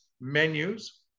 menus